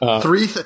Three